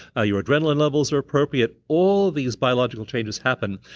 ah your adrenaline levels are appropriate. all these biological changes happen,